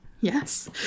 Yes